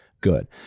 good